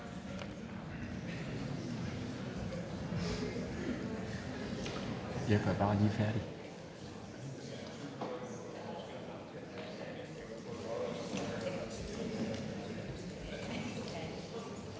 jeg bare gøre det